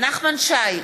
נחמן שי,